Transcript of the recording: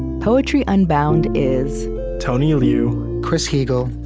poetry unbound is tony liu, chris heagle,